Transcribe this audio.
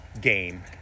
game